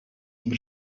bir